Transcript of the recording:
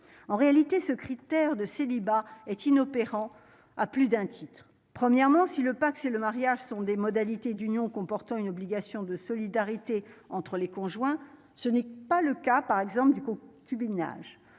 en réalité, ce critère de célibat est inopérant à plus d'un titre, premièrement, si le Pacs et le mariage sont des modalités d'union comportant une obligation de solidarité entre les conjoints, ce n'est pas le cas par exemple du coup nage